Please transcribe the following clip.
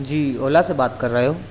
جی اولا سے بات کر رہے ہو